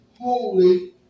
holy